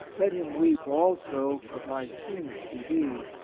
let him weep also for my sins to thee,